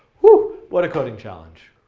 woo, what a coding challenge.